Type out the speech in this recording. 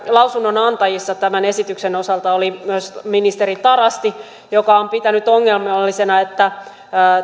lausunnonantajissa tämän esityksen osalta oli myös ministeri tarasti joka on pitänyt ongelmallisena että